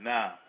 Now